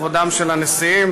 כבודם של הנשיאים.